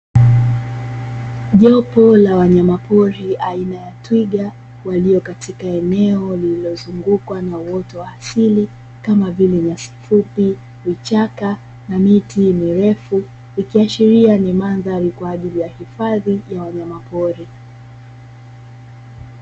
Jopo la wanyama pori aina la twiga walio katika eneo lililozungukwa na uoto wa asili kama vile: nyasi fupi, vichaka na miti mirefu. Ikiashiria ni mandhari kwa ajili ya hifadhi ya wanayamapori.